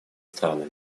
странами